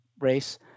race